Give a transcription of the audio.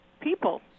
people